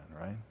right